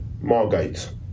Margate